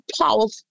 powerful